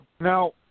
Now